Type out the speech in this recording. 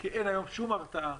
כי אין היום שום הרתעה.